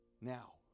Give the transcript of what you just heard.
now